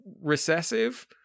recessive